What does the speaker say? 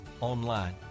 online